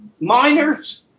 minors